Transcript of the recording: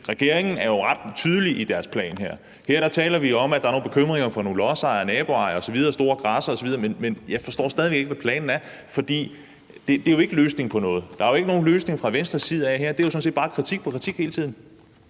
regeringen jo er ret tydelig med dens plan her. Her taler vi om, at der er nogle bekymringer hos nogle lodsejere, naboejere, for store græssere osv., men jeg forstår stadig væk ikke, hvad planen er, for det er jo ikke løsningen på noget. Der er jo ikke fra Venstres side nogen løsning – det er sådan set bare kritik på kritik hele tiden.